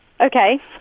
okay